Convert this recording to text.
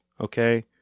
okay